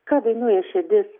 ką dainuoja širdis